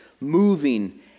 moving